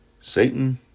Satan